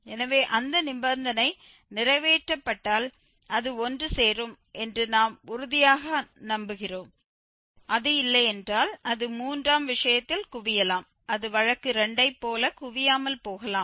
எனவே அந்த நிபந்தனை நிறைவேற்றப்பட்டால் அது ஒன்றுசேரும் என்று நாம் உறுதியாக நம்புகிறோம் அது இல்லையென்றால் அது 3 ஆம் விஷயத்தில் குவியலாம் அது வழக்கு 2 ஐப் போல குவியாமல் போகலாம்